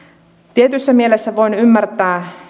tietyssä mielessä voin ymmärtää